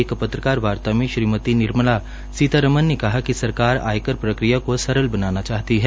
एक पत्रकारवार्ता में श्रीमती सीतारमन ने कहा कि सरकार आयकर प्रक्रिया को सरल बनाना चाहती है